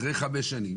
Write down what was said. אחרי חמש שנים,